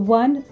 one